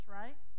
right